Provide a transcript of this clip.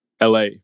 LA